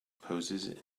poses